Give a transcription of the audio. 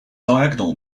diagonal